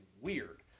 weird